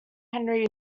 henry